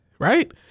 Right